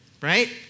right